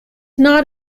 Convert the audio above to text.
not